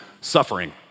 suffering